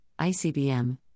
ICBM